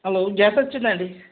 hello gas వచ్చిందండి